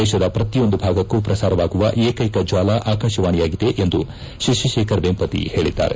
ದೇತದ ಪ್ರತಿಯೊಂದು ಭಾಗಕ್ಕೂ ಪ್ರಸಾರವಾಗುವ ಏಕೈಕ ಜಾಲ ಆಕಾಶವಾಣಿಯಾಗಿದೆ ಎಂದು ಶಶಿಶೇಖರ್ ವೇಂಪತಿ ಹೇಳಿದ್ದಾರೆ